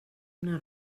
una